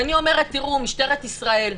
ואני אומר, תראו, משטרת ישראל,